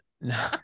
No